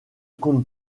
compte